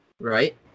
right